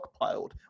stockpiled